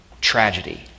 tragedy